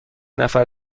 نفر